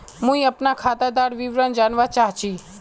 मुई अपना खातादार विवरण जानवा चाहची?